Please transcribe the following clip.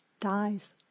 dies